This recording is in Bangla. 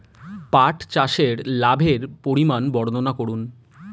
পাঠ চাষের লাভের পরিমান বর্ননা করুন?